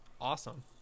awesome